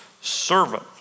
servant